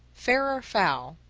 fair or foul.